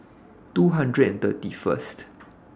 two hundred and thirty First